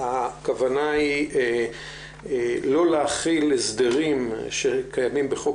הכוונה היא לא להחיל הסדרים שקיימים בחוק